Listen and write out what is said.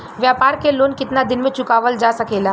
व्यापार के लोन कितना दिन मे चुकावल जा सकेला?